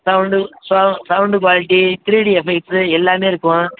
sound சவு sound quality three D effects எல்லாமே இருக்கும்